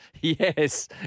Yes